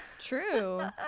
True